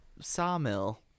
sawmill